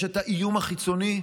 יש את האיום החיצוני,